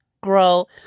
grow